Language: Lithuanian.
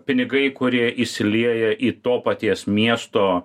pinigai kurie įsilieja į to paties miesto